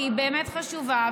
כי היא באמת חשובה.